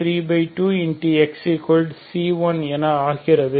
xC1 என ஆகிறது